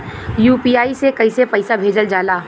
UPI से कइसे पैसा भेजल जाला?